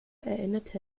erinnerte